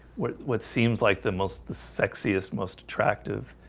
what what seems like the most the sexiest most attractive?